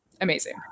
amazing